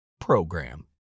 program